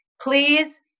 please